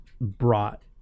brought